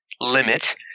limit